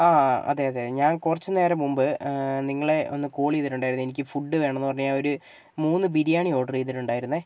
ആ അതെയതെ ഞാൻ കുറച്ച് നേരം മുൻപ് നിങ്ങളെ ഒന്ന് കോൾ ചെയ്തിട്ടുണ്ടായിരുന്നു എനിക്ക് ഫുഡ് വേണംന്ന് പറഞ്ഞ് ഒരു മൂന്നു ബിരിയാണി ഓർഡറ് ചെയ്തിട്ടുണ്ടായിരുന്നു